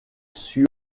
sur